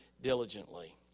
diligently